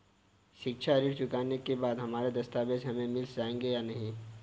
शिक्षा ऋण चुकाने के बाद हमारे दस्तावेज हमें मिल जाएंगे या नहीं?